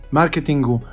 marketingu